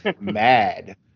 Mad